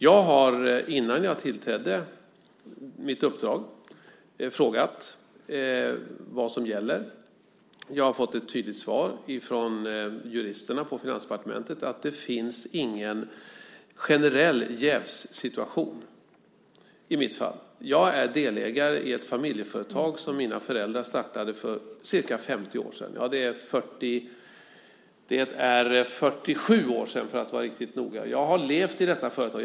Jag har innan jag tillträdde mitt uppdrag frågat vad som gäller. Jag har fått ett tydligt svar från juristerna på Finansdepartementet att det inte finns någon generell jävssituation i mitt fall. Jag är delägare i ett familjeföretag som mina föräldrar startade för ca 50 år sedan. Det är 47 år sedan, för att vara riktigt noga. Jag har levt i detta företag.